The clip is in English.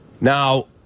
Now